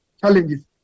challenges